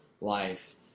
life